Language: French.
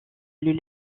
les